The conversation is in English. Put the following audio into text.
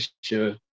sure